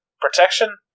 protection